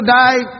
die